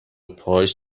پاهاش